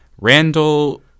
Randall